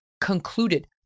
concluded